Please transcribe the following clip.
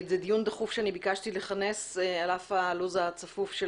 זה דיון דחוף שביקשתי לכנס על אף לוח הזמנים הצפוף של